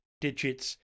digits